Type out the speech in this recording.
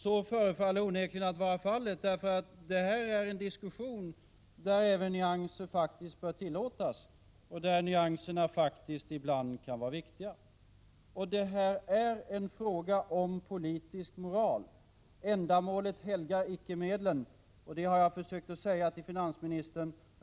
Så förefaller onekligen vara fallet, för det här är en diskussion där nyanser bör tillåtas och där de ibland kan vara viktiga. Detta är en fråga om politisk moral. Ändamålet helgar inte medlen, och det har jag försökt säga till finansministern.